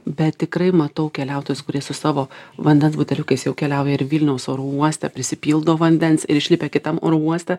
bet tikrai matau keliautojus kurie su savo vandens buteliukais jau keliauja ir vilniaus oro uoste prisipildo vandens ir išlipę kitam oro uoste